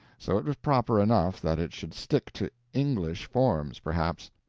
so it was proper enough that it should stick to english forms, perhaps.